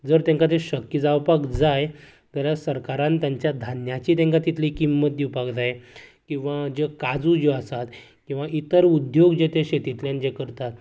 जर तेंकां ते शक्य जावपाक जाय जाल्यार सरकारान तेंच्या धान्यांची तेंकां तितली किंमत दिवपाक जाय किंवां ज्यो काजू ज्यो आसात किंवां इतर उद्द्योग जे ते शेतींतल्यान ते करतात